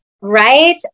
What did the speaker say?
Right